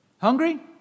Hungry